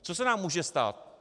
Co se nám může stát?